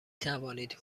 توانید